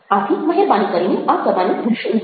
આથી મહેરબાની કરીને આ કરવાનું ભૂલશો નહિ